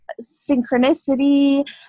synchronicity